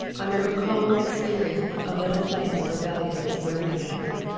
under her calm exterior a little flame of rebellion was burning in her.